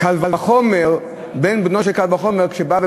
קל וחומר בן בנו של קל וחומר כשבאים